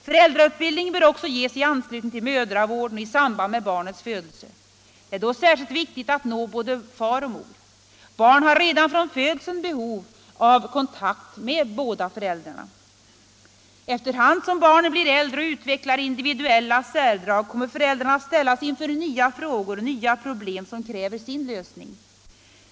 Föräldrautbildning bör också ges i anslutning till mödravården och i samband med barnets födelse. Det är då särskilt viktigt att nå både far och mor. Barnen har redan från födelsen behov av kontakt med båda föräldrarna. Efter hand som barnen blir äldre och utvecklar individuella särdrag kommer föräldrarna att ställas inför nya frågor, nya problem som kräver sin lösning.